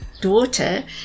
daughter